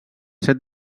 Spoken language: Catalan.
set